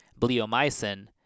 bleomycin